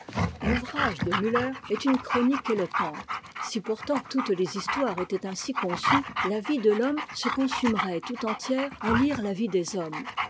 l'ouvrage demüller est une chronique éloquente si pourtant toutes les histoires étaient ainsi conçues la vie de l'homme se consumerait tout entière à lire la vie des hommes